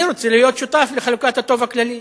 אני רוצה להיות שותף לחלוקת הטוב הכללי,